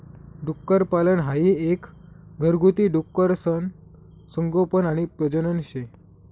डुक्करपालन हाई एक घरगुती डुकरसनं संगोपन आणि प्रजनन शे